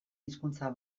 hizkuntza